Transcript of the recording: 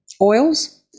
oils